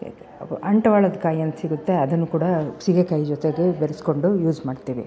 ಅಂಟ್ವಾಳದ ಕಾಯಿ ಅಂತ ಸಿಗುತ್ತೆ ಅದನ್ನು ಕೂಡ ಸೀಗೆಕಾಯಿ ಜೊತೆಗೆ ಬೆರಸ್ಕೊಂಡು ಯೂಸ್ ಮಾಡ್ತಿವಿ